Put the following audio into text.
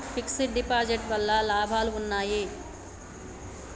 Fix డ్ deposit వల్ల లాభాలు ఉన్నాయి?